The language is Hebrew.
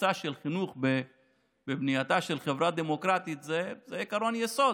התפיסה של חינוך בבנייתה של חברה דמוקרטית זה עקרון יסוד.